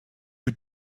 you